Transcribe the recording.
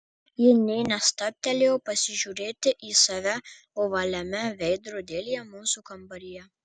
ji nė nestabtelėjo pasižiūrėti į save ovaliame veidrodėlyje mūsų kambaryje